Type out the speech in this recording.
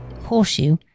horseshoe